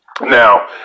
Now